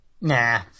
Nah